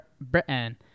Britain